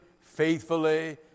faithfully